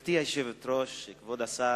גברתי היושבת-ראש, כבוד השר,